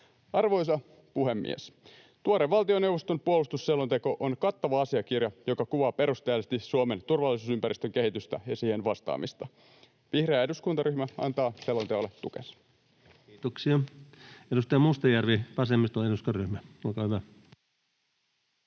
Arvoisa puhemies! Tuore valtioneuvoston puolustusselonteko on kattava asiakirja, joka kuvaa perusteellisesti Suomen turvallisuusympäristön kehitystä ja siihen vastaamista. Vihreä eduskuntaryhmä antaa selonteolle tukensa. Kiitoksia. — Edustaja Mustajärvi, vasemmiston eduskuntaryhmä, olkaa hyvä.